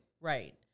Right